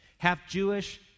half-Jewish